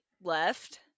left